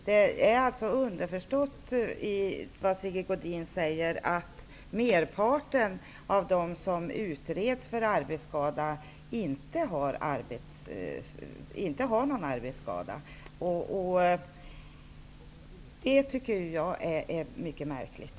Av det som Sigge Godin säger är det underförstått att merparten av dem som utreds för arbetsskada inte har någon sådan. Det är mycket märkligt.